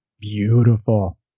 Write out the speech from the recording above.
Beautiful